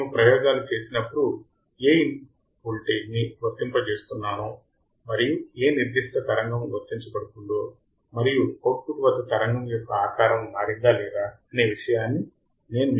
మేము ప్రయోగాలు చేసినప్పుడు ఏ ఇన్పుట్ వోల్టేజ్ ని వర్తింపజేస్తున్నానో మరియు ఏ నిర్దిష్ట తరంగము వర్తించబడుతుందో మరియు అవుట్పుట్ వద్ద తరంగము ఆకారం మారిందా లేదా అనే విషయాన్ని నేను మీకు చూపిస్తాను